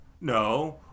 No